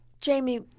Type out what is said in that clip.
Jamie